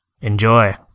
Enjoy